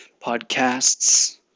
podcasts